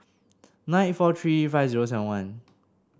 nine eight four three five zero seven one